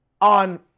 on